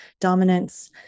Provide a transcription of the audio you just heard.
dominance